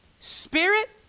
Spirit